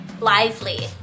lively